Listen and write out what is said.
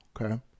Okay